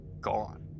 gone